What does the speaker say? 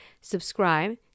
Subscribe